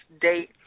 date